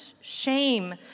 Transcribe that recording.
shame